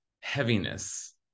heaviness